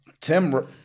tim